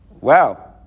Wow